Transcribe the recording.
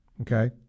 Okay